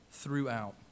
throughout